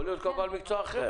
יכול להיות כל מקצוע אחר.